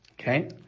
Okay